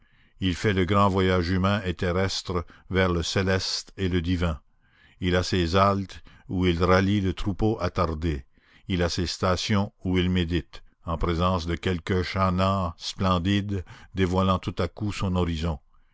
il fait le grand voyage humain et terrestre vers le céleste et le divin il a ses haltes où il rallie le troupeau attardé il a ses stations où il médite en présence de quelque chanaan splendide dévoilant tout à coup son horizon